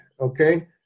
okay